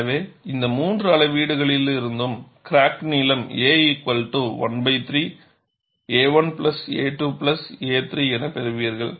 எனவே இந்த 3 அளவீடுகளிலிருந்து கிராக் நீளம் a13a 1a 2a 3 என பெறுவீர்கள்